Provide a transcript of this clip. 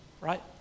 right